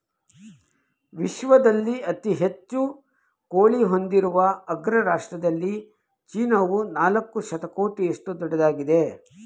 ವಿಶ್ವದಲ್ಲಿ ಅತಿ ಹೆಚ್ಚು ಕೋಳಿ ಹೊಂದಿರುವ ಅಗ್ರ ರಾಷ್ಟ್ರದಲ್ಲಿ ಚೀನಾವು ನಾಲ್ಕು ಶತಕೋಟಿಯಷ್ಟು ದೊಡ್ಡದಾಗಿದೆ